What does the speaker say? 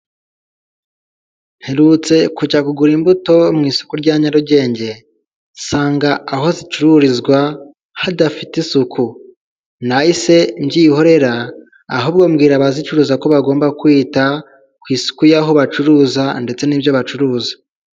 Mperutse kujya kugura imbuto mu isoko rya Nyarugenge nsanga aho zicururizwa hadafite isuku, nahise mbyihorera ahubwo mbwira abazicuruza ko bagomba ku isulku y'aho bacuruza ndetse n'ibyo bacuruza.